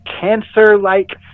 cancer-like